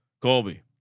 Colby